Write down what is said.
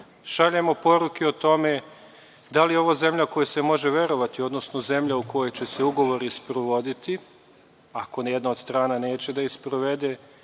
šaljemo poruke o tome da li je ovo zemlja kojoj se može verovati, odnosno zemlja u kojoj će se ugovori sprovoditi ako ni jedna od strana neće da ih sprovede,